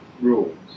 rules